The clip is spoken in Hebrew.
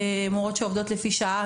שעובדות לפי שעה,